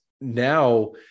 now